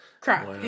crap